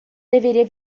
deveria